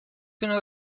uno